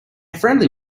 friendly